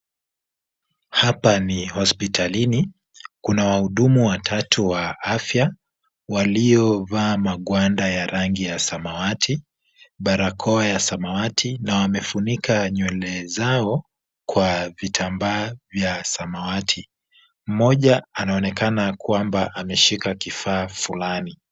Hapa ni hospitalini. Kuna wahudumu watatu wa afya waliovaa magwanda ya rangi ya samawati, barakoa ya samawati na wamefunika nywele zao kwa vitambaa vya samawati. Mmoja anaonekana kwamba ameshika kifaa fulani.